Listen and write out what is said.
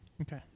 Okay